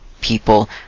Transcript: people